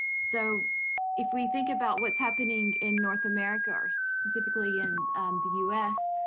so if we think about what's happening in north america, or specifically in the us,